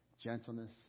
gentleness